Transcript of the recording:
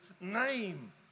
name